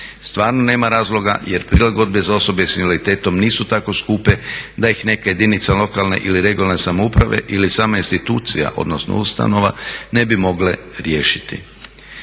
Stvarno nema razloga jer prilagodbe za osobe s invaliditetom nisu tako skupe da ih neke jedinice lokalne ili regionalne samouprave ili sama institucija odnosno ustanova ne bi mogle riješiti.